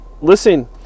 listen